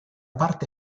parte